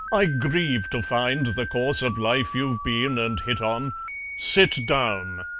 i grieve to find the course of life you've been and hit on sit down,